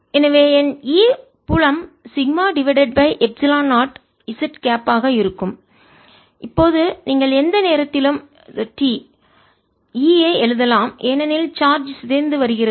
E20 20 z Et 0 z Et Q0e tRCa20 z எனவே என் E புலம் sigma divided by epsilon naught z cap வாக இருக்கும் இப்போது நீங்கள் எந்த நேரத்திலும் t E ஐ எழுதலாம் ஏனெனில் சார்ஜ் சிதைந்து வருகிறது